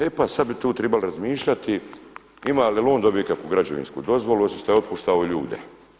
E, pa sada bi tu trebalo razmišljati ima li, jel' on dobio kakvu građevinsku dozvolu osim što je otpuštao ljude.